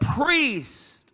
priest